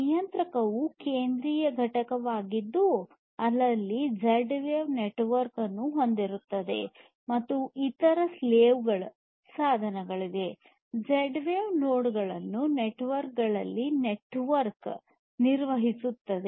ನಿಯಂತ್ರಕವು ಕೇಂದ್ರೀಯ ಘಟಕವಾಗಿದ್ದು ಅದು ಝೆಡ್ ವೇವ್ ನೆಟ್ವರ್ಕ್ ಅನ್ನು ಹೊಂದಿಸುತ್ತದೆ ಮತ್ತು ಇತರ ಸ್ಲೇವ್ ಸಾಧನಗಳು ಝೆಡ್ ವೇವ್ ನೋಡ್ ಗಳನ್ನು ನೆಟ್ವರ್ಕ್ನಲ್ಲಿ ನಿರ್ವಹಿಸುತ್ತದೆ